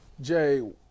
Jay